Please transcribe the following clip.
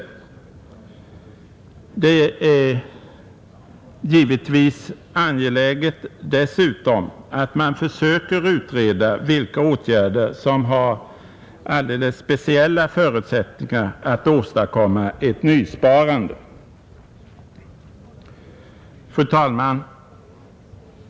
Det är givetvis dessutom angeläget att man försöker utreda vilka åtgärder som har alldeles speciella förutsättningar att åstadkomma ett nysparande, Fru talman!